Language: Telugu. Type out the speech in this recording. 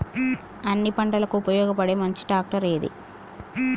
అన్ని పంటలకు ఉపయోగపడే మంచి ట్రాక్టర్ ఏది?